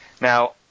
now